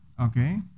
okay